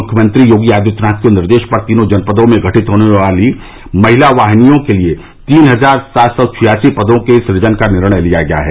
मुख्यमंत्री योगी आदित्यनाथ के निर्देश पर तीनों जनपदों में गठित होने वाली महिला वाहिनियों के लिए तीन हजार सात सौ छियासी पदों के सूजन का निर्णय लिया गया है